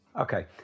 Okay